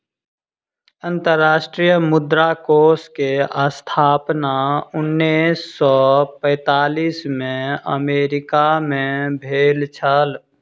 अंतर्राष्ट्रीय मुद्रा कोष के स्थापना उन्नैस सौ पैंतालीस में अमेरिका मे भेल छल